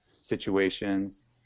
situations